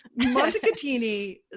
Montecatini